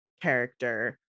character